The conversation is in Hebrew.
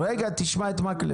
רגע, תשמע את מקלב.